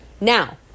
Now